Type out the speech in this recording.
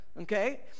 okay